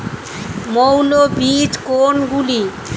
মৌল বীজ কোনগুলি?